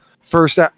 first